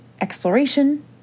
exploration